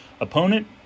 Opponent